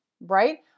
right